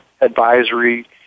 advisory